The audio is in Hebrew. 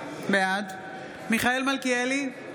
בעד מיכאל מלכיאלי,